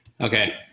Okay